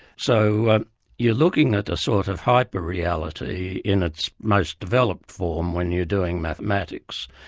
so you're looking at a sort of hyper reality in its most developed form when you're doing mathematics.